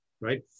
right